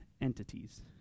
entities